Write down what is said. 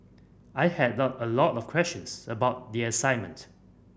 I had lot a lot of questions about the assignment